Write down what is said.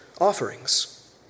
offerings